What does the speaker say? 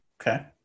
Okay